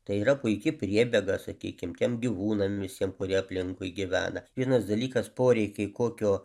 tai yra puiki priebėga sakykim tiem gyvūnam visiem kurie aplinkui gyvena vienas dalykas poreikiai kokio